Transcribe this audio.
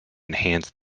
enhance